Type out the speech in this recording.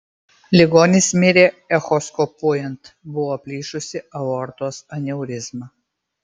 ligonis mirė echoskopuojant buvo plyšusi aortos aneurizma